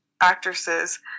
actresses